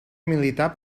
militar